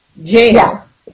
Yes